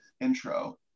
intro